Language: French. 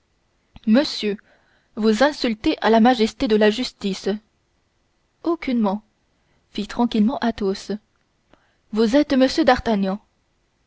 monsieur vous insultez à la majesté de la justice aucunement fit tranquillement athos vous êtes m d'artagnan